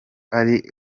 ari